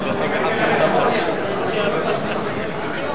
הצעת סיעת קדימה להביע אי-אמון בממשלה לא נתקבלה.